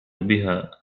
بها